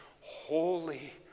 holy